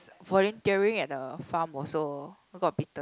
volunteering at the farm also got bitten